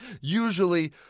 usually